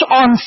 on